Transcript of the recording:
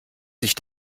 sich